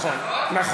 נכון.